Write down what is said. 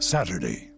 Saturday